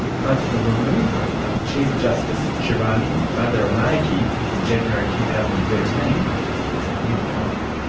but the removal of chief justice shirani bandaranayake in january two thousand and thirteen was a new low.